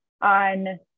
on